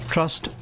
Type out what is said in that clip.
Trust